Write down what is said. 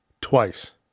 twice